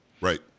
Right